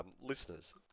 Listeners